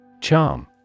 Charm